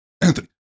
anthony